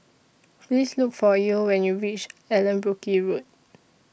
Please Look For Yael when YOU REACH Allanbrooke Road